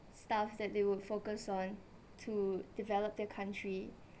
stuff that they would focus on to develop their country